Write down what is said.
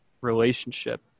relationship